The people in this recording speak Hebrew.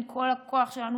עם כל הכוח שלנו,